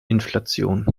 inflation